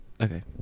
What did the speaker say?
Okay